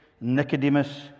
Nicodemus